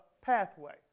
pathway